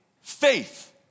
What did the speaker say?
faith